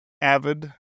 avid